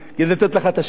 כדי לתת לך את השמות.